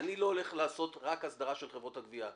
אני לא הולך עכשיו לעשות רק הסדרה של חברות הגבייה.